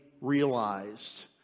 realized